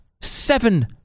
Seven